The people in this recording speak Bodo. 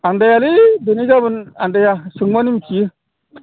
आन्दायालै आनदाया सोंबानो मिनथियो